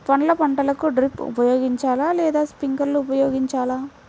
పండ్ల పంటలకు డ్రిప్ ఉపయోగించాలా లేదా స్ప్రింక్లర్ ఉపయోగించాలా?